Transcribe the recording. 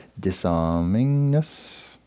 disarmingness